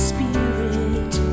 Spirit